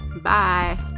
bye